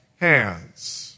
hands